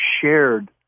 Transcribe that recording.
shared